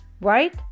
right